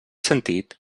sentit